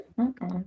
okay